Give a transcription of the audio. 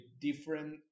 different